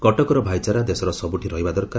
କଟକର ଭାଇଚାରା ଦେଶର ସବୁଠି ରହିବା ଦରକାର